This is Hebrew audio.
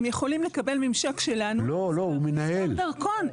-- הם יכולים לנהל ממשק שלנו עם מספר דרכון.